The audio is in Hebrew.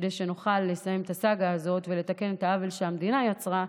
כדי שנוכל לסיים את הסאגה הזאת ולתקן את העוול שהמדינה יצרה,